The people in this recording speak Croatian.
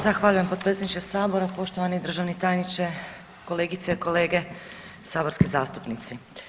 Zahvaljujem potpredsjedniče Sabora, poštovani državni tajniče, kolegice i kolege saborski zastupnici.